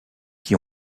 qui